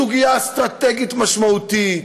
על סוגיה אסטרטגית משמעותית,